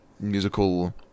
musical